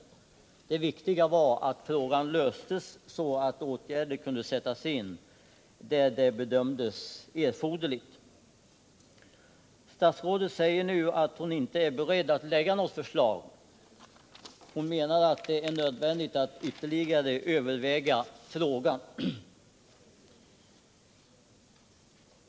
Det viktiga var att frågan löstes så att åtgärder kunde sättas in där de bedömdes erforderliga. Nu säger statsrådet att hon inte är beredd att lägga fram något förslag, hon menar att det är nödvändigt att ytterligare överväga frågan.